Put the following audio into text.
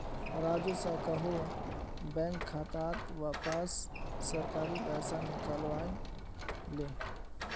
राजू स कोहो बैंक खातात वसाल सरकारी पैसा निकलई ले